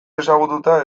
ezagututa